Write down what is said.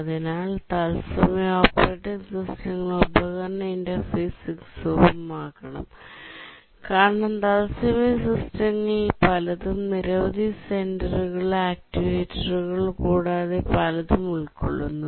അതിനാൽ തത്സമയ ഓപ്പറേറ്റിംഗ് സിസ്റ്റങ്ങൾ ഉപകരണ ഇന്റർഫേസിംഗ് സുഗമമാക്കണം കാരണം തത്സമയ സിസ്റ്റങ്ങളിൽ പലതും നിരവധി സെൻസറുകൾ ആക്യുവേറ്ററുകൾ കൂടാതെ പലതും ഉൾക്കൊള്ളുന്നു